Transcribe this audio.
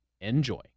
enjoy